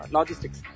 Logistics